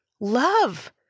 love